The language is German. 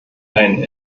einen